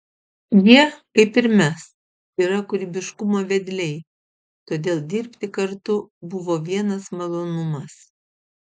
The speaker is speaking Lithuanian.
jie kaip ir mes yra kūrybiškumo vedliai todėl dirbti kartu buvo vienas malonumas